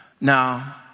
Now